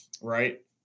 right